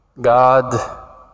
God